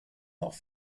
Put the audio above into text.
noch